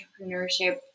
entrepreneurship